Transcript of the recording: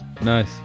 Nice